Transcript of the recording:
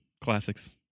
Classics